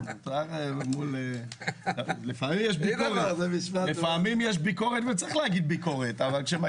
לפעמים יש ביקורת, וצריך להגיד ביקורת.